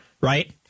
right